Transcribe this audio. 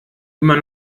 immer